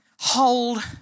hold